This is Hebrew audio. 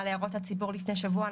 על הערות הציבור לפני שבוע.